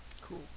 Cool